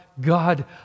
God